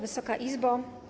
Wysoka Izbo!